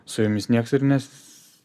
su jomis niekas ir nes